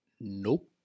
Nope